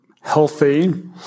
healthy